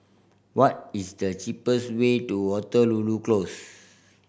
what is the cheapest way to Waterloo Close